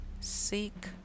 seek